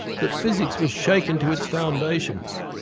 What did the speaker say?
that physics was shaken to its foundations.